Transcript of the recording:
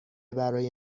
برای